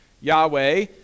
Yahweh